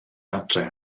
adre